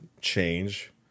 Change